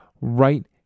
right